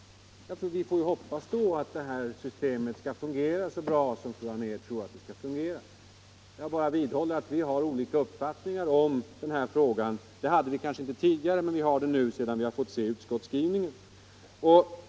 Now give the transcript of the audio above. Vi får hoppas att det här systemet skall 165 fungera så bra som fru Anér tror. Jag bara vidhåller att vi har olika uppfattningar om den här frågan, det hade vi kanske inte tidigare, men vi har det nu sedan vi fått se utskottets skrivning.